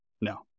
No